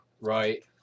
Right